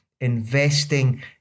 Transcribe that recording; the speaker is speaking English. investing